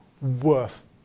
worth